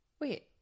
Wait